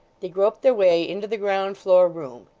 they groped their way into the ground-floor room.